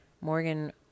Morgan